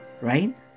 right